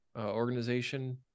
organization